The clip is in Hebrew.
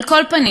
על כל פנים,